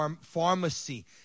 pharmacy